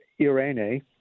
irene